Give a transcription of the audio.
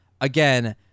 again